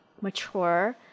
mature